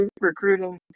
recruiting